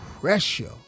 pressure